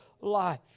life